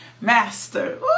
Master